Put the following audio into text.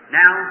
now